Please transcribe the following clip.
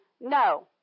No